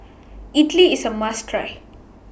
Idili IS A must Try